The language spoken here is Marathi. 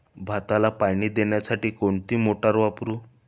भाताला पाणी देण्यासाठी कोणती मोटार वापरू?